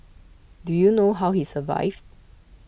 do you know how he survived